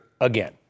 again